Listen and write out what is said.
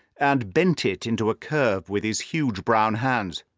and bent it into a curve with his huge brown hands.